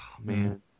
man